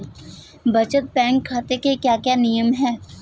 बचत बैंक खाते के क्या क्या नियम हैं?